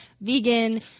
vegan